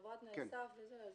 עברה תנאי סף, אז